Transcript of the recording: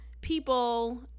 people